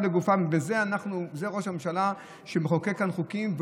וזה ראש הממשלה שמחוקק כאן חוקים,